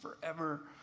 forever